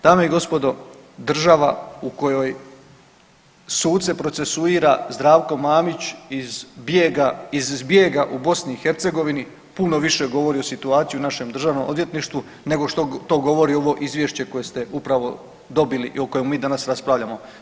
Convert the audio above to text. Dame i gospodo, država u kojoj suce procesuira Zdravko Mamić iz zbjega u BiH puno više govori o situaciji u našem državnom odvjetništvu nego što to govori ovo izvješće koje ste upravo dobili i o kojemu mi danas raspravljamo.